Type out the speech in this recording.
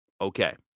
Okay